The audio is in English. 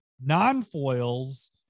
non-foils